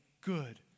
good